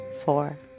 four